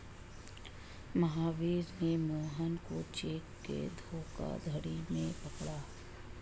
महावीर ने मोहन को चेक के धोखाधड़ी में पकड़ा